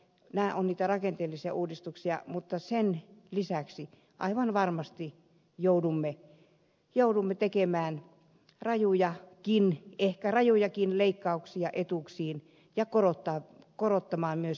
nämä ovat niitä rakenteellisia uudistuksia mutta sen lisäksi aivan varmasti joudumme tekemään ehkä rajujakin leikkauksia etuuksiin ja korottamaan myös veroja